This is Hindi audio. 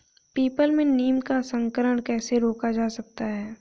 पीपल में नीम का संकरण कैसे रोका जा सकता है?